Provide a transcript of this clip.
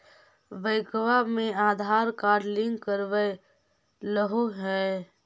बैंकवा मे Aadhaar card link करवैलहो है?